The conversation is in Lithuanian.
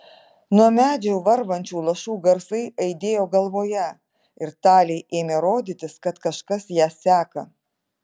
nuo medžių varvančių lašų garsai aidėjo galvoje ir talei ėmė rodytis kad kažkas ją seka